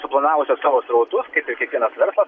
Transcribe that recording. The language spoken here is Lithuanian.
suplanavusios savo srautus kaip ir kiekvienas verslas